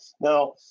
Now